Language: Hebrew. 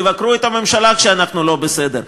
תבקרו את הממשלה כשאנחנו לא בסדר,